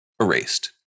erased